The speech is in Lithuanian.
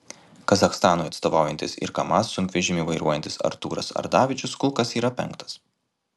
kazachstanui atstovaujantis ir kamaz sunkvežimį vairuojantis artūras ardavičius kol kas yra penktas